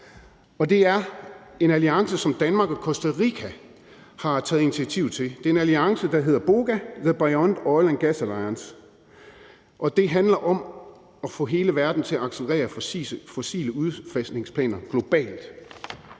det er en alliance, som Danmark og Costa Rica har taget initiativ til. Det er en alliance, der hedder BOGA, the Beyond Oil and Gas Alliance, og den handler om at få hele verden til at accelerere fossile udfasningsplaner globalt.